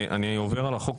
אני עובר על החוק,